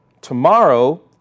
Tomorrow